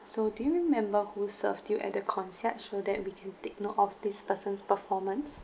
so do you remember who served you at the concierge so that we can take note of this person's performance